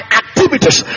activities